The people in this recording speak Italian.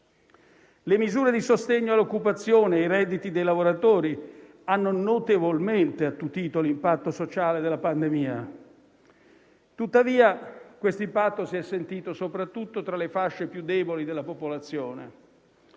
Le misure di sostegno all'occupazione e ai redditi dei lavoratori hanno notevolmente attutito l'impatto sociale della pandemia, che tuttavia si è sentito soprattutto tra le fasce più deboli della popolazione.